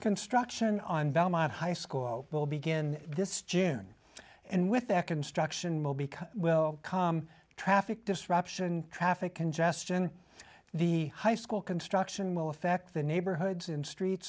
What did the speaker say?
construction on belmont high school will begin this june and with their construction mobi cut will come traffic disruption traffic congestion the high school construction will affect the neighborhoods and street